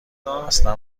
اصلا